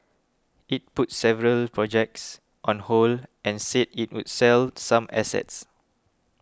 it put several projects on hold and said it would sell some assets